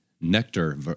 nectar